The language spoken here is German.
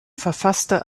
verfasste